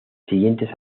siguientes